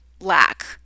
lack